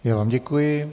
Já vám děkuji.